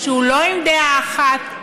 שהוא לא עם דעה אחת.